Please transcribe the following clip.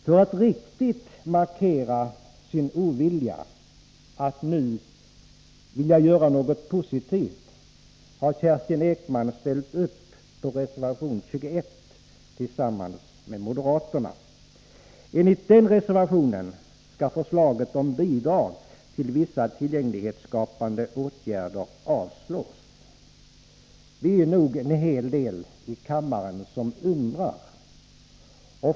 För att riktigt markera sin ovilja att nu göra något positivt har Kerstin Ekman anslutit sig till reservation 21 från moderaterna. Enligt den reservationen skall förslaget om bidrag till vissa tillgänglighetsska | pande åtgärder avslås. Vi är nog en hel del här i kammaren som undrar.